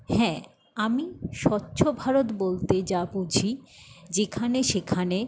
হ্যাঁ আমি স্বচ্ছ ভারত বলতে যা বুঝি যেখানে সেখানে